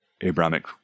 Abrahamic